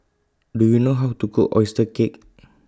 Do YOU know How to Cook Oyster Cake